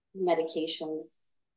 medications